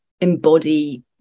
embody